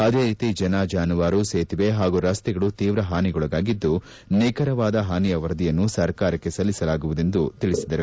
ಅದೇ ರೀತಿ ಜನ ಜಾನುವಾರು ಸೇತುವೆ ಹಾಗೂ ರಸ್ತೆಗಳು ತೀವ್ರ ಹಾನಿಗೊಳಗಾಗಿದ್ದು ನಿಖರವಾದ ಹಾನಿಯ ವರದಿಯನ್ನು ಸರಕಾರಕ್ಕೆ ಸಲ್ಲಿಸಲಾಗುವುದೆಂದು ತಿಳಿಬಿದರು